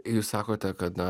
jūs sakote kad na